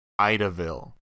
Idaville